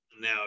now